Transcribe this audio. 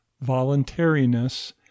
voluntariness